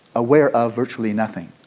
aware of virtually nothing.